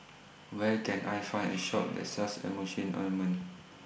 Where Can I Find A Shop that sells Emulsying Ointment